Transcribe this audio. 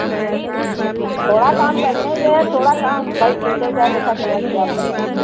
जी थोड़ा कम करने दें थोड़ा कम भाई पैसा वैसा देख के समझ के बताइए